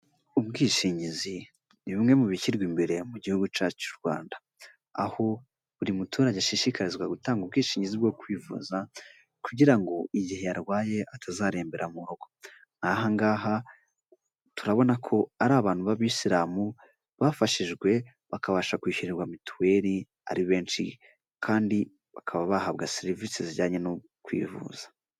Ubwishingizi, ni bimwe mu bishyirwa imbere mu Gihugu cyacu cy'u Rwanda. Aho buri muturage ashishikarizwa gutanga ubwishingizi bwo kwivuza, kugira ngo igihe yarwaye atazarembera mu rugo. Aha ngaha turabona ko ari abantu b'Abisilamu, bafashijwe bakabasha kwishyurirwa mituweli ari benshi, kandi bakaba bahabwa serivisi zijyanye no kwivuza.